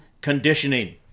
conditioning